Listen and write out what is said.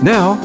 Now